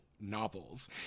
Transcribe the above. novels